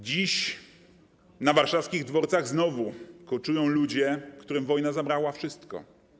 Dziś na warszawskich dworcach znowu koczują ludzie, którym wojna zabrała wszystko.